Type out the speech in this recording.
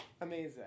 Amazing